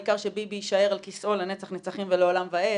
העיקר שביבי יישאר על כיסאו לנצח נצחים ולעולם ועד